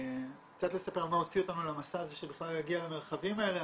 קצת לספר מה הוציא אותנו למסע הזה שבכלל יגיע למרחבים האלה,